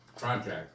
project